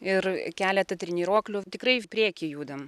ir keletą treniruoklių tikrai į priekį judam